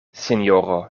sinjoro